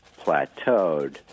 plateaued